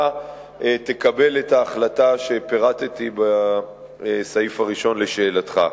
תקבל את ההחלטה שפירטתי בתשובה על הסעיף הראשון בשאלתך.